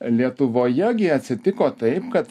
lietuvoje gi atsitiko taip kad